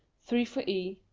three for e,